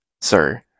sir